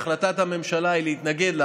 והחלטת הממשלה היא להתנגד.